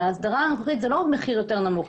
הרי ההסדרה הנוכחית זה לא רק מחיר יותר נמוך,